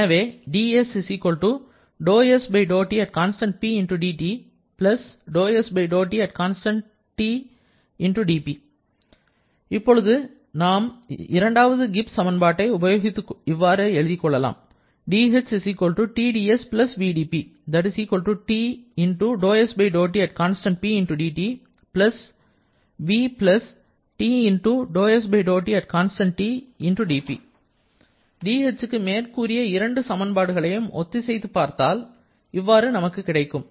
எனவே இப்போது நாம் இரண்டாவது கிப்ஸ் சமன்பாட்டை உபயோகித்து இவ்வாறு எழுதிக் கொள்ளலாம் dh Tds vdP dh க்கு மேற்கூறிய இரு சமன்பாடுகளையும் ஒத்திசைத்து பார்த்தால் பாரு நமக்கு கிடைக்கும்